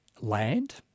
land